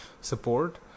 support